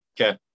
Okay